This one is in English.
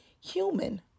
human